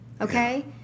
okay